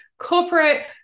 corporate